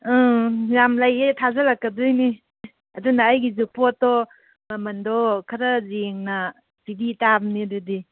ꯑꯥ ꯌꯥꯝ ꯂꯩꯌꯦ ꯊꯥꯖꯤꯜꯂꯛꯀꯗꯣꯏꯅꯤ ꯑꯗꯨꯅ ꯑꯩꯒꯨꯁꯨ ꯄꯣꯠꯇꯣ ꯃꯃꯟꯗꯣ ꯈꯔ ꯌꯦꯡꯅ ꯄꯤꯕꯤ ꯇꯥꯕꯅꯤ ꯑꯗꯨꯗꯤ